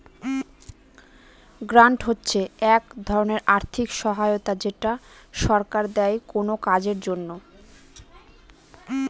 grant হচ্ছে এক ধরনের আর্থিক সহায়তা যেটা সরকার দেয় কোনো কাজের জন্য